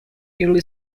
early